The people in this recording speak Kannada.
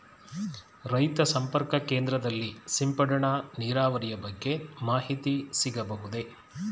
ರೈತ ಸಂಪರ್ಕ ಕೇಂದ್ರದಲ್ಲಿ ಸಿಂಪಡಣಾ ನೀರಾವರಿಯ ಬಗ್ಗೆ ಮಾಹಿತಿ ಸಿಗಬಹುದೇ?